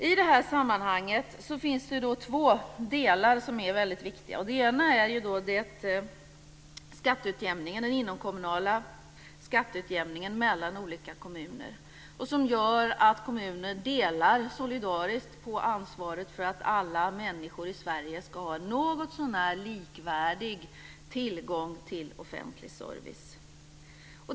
I det här sammanhanget finns det två delar som är väldigt viktiga. Den ena är skatteutjämningen, den inomkommunala skatteutjämningen mellan olika kommuner. Den gör att kommuner delar solidariskt på ansvaret för att alla människor i Sverige ska ha någotsånär likvärdig tillgång till offentlig service.